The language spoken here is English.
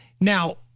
Now